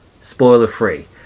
spoiler-free